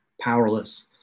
powerless